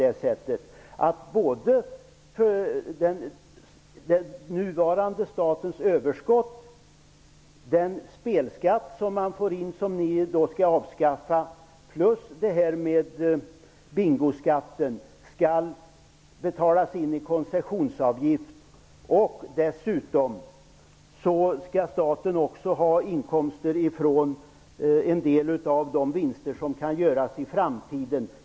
Det är på det sättet att statens överskott från spelskatten och bingoskatten -- som ni skall avskaffa -- skall betalas in i koncessionsavgift. Dessutom skall staten få inkomster från en del av de vinster som kan göras i framtiden.